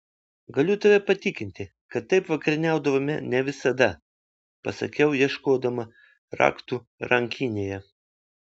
galiu tave patikinti kad taip vakarieniaudavome ne visada pasakiau ieškodama raktų rankinėje